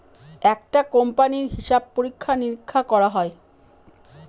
একটা কোম্পানির হিসাব পরীক্ষা নিরীক্ষা করা হয়